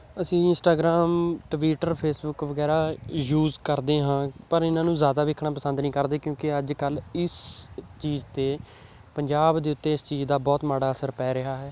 ਅਸੀਂ Instagram Twitter Facebook ਵਗੈਰਾ use ਕਰਦੇ ਹਾਂ ਪਰ ਇਹਨਾਂ ਨੂੰ ਜ਼ਿਆਦਾ ਵੇਖਣਾ ਪਸੰਦ ਨਹੀਂ ਕਰਦੇ ਕਿਉਂਕਿ ਅੱਜ ਕੱਲ੍ਹ ਇਸ ਚੀਜ਼ 'ਤੇ ਪੰਜਾਬ ਦੇ ਉੱਤੇ ਇਸ ਚੀਜ਼ ਦਾ ਬਹੁਤ ਮਾੜਾ ਅਸਰ ਪੈ ਰਿਹਾ ਹੈ